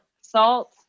salt